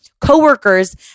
coworkers